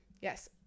yes